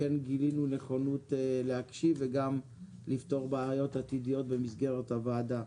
וכן גילינו נכונות להקשיב וגם לפתור בעיות עתידיות במסגרת הוועדה.